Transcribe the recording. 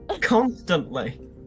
constantly